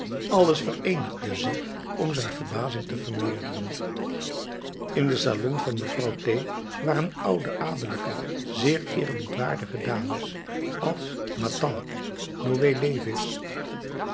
alles vereenigde zich om zijn verbazing te vermeerderen in den salon van mevrouw t waren oude adellijke zeer eerbiedwaardige dames als mathan noé levis